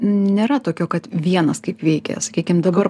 nėra tokio kad vienas kaip veikia sakykim dabar